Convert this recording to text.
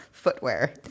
Footwear